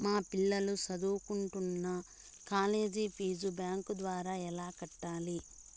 మా పిల్లలు సదువుకుంటున్న కాలేజీ ఫీజు బ్యాంకు ద్వారా ఎలా కట్టాలి?